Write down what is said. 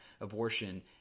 abortion